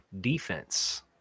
defense